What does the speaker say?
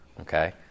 okay